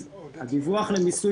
הדיווח למיסוי